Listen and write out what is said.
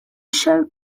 shown